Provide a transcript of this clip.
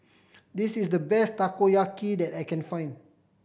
this is the best Takoyaki that I can find